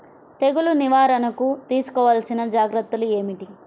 తెగులు నివారణకు తీసుకోవలసిన జాగ్రత్తలు ఏమిటీ?